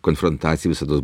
konfrontacija visados